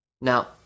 Now